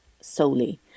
solely